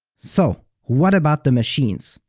so what about the machines?